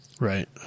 right